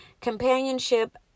companionship